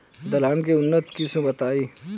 दलहन के उन्नत किस्म बताई?